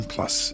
Plus